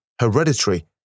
hereditary